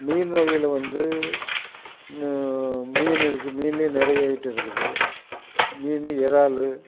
மீன் வகையில் வந்து மா மீன் இருக்கு மீன்ல நிறைய ஐட்டம் இருக்குது மீன் இறால்